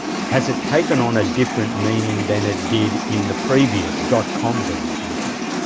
has it taken on a different meaning than it did in the previous dot-com boom, do you think?